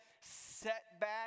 setback